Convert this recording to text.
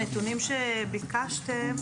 הנתונים שביקשתם,